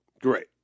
Great